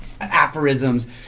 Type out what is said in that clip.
aphorisms